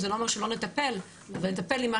זה לא אותם 1,100 של הסיכום התקציבי